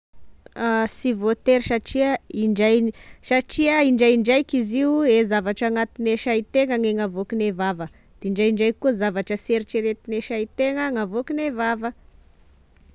Sy voatery satria indray satria indraindraiky izy io e zavatra agnatine saitegna e gn'avoakane vava indraindraiky koa zavatry sy eritreretine saitegna gn'avoakane vava.